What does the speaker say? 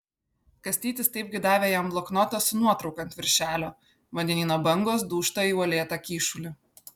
kastytis taipgi davė jam bloknotą su nuotrauka ant viršelio vandenyno bangos dūžta į uolėtą kyšulį